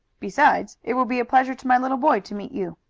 besides, it will be a pleasure to my little boy to meet you.